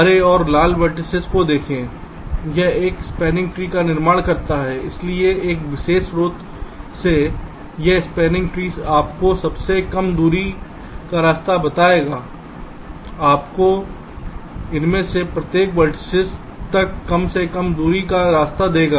हरे और लाल वर्टिसिस को देखें यह एक स्पैनिंग ट्री का निर्माण करता है इसलिए एक विशेष स्रोत से यह स्पैनिंग ट्री आपको सबसे कम दूरी का रास्ता बताएंगे आपको इनमें से प्रत्येक वर्टिसिस तक कम से कम दूरी का रास्ता देगा